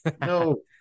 No